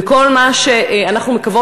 וכל מה שאנחנו מקוות,